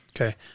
Okay